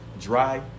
dry